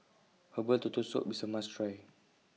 Herbal Turtle Soup IS A must Try